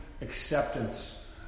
acceptance